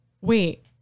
wait